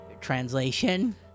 Translation